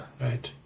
Right